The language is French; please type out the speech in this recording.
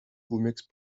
vous